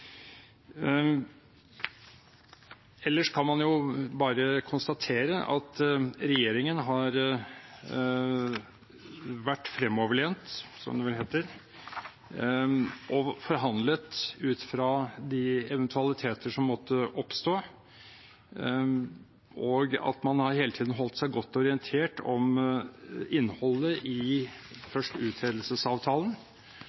Ellers kan man bare konstatere at regjeringen har vært fremoverlent, som det vel heter, og forhandlet ut fra de eventualiteter som måtte oppstå, og at man hele tiden har holdt seg godt orientert om innholdet i,